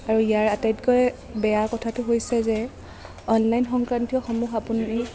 আৰু ইয়াৰ আটাইতকৈ বেয়া কথাটো হৈছে যে অনলাইন সংক্ৰান্তীয়সমূহ আপুনি